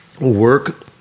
work